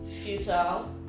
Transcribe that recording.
futile